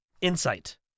Insight